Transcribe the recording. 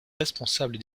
responsable